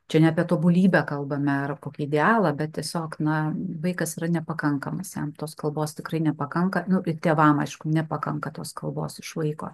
čia ne apie tobulybę kalbame ar kokį idealą bet tiesiog na vaikas yra nepakankamas jam tos kalbos tikrai nepakanka nu ir tėvam aišku nepakanka tos kalbos iš vaiko